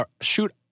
shoot